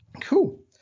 cool